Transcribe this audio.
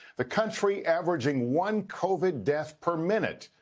the country averaging one covid death per minute.